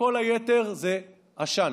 וכל היתר זה עשן.